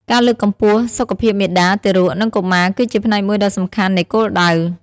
ការលើកកម្ពស់សុខភាពមាតា ទារក និងកុមារគឺជាផ្នែកមួយដ៏សំខាន់នៃគោលដៅ។